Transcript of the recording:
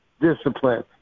discipline